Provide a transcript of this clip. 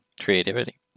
creativity